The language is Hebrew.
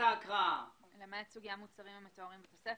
85.44.4990 למעט סוגי המוצרים המתוארים בתוספת,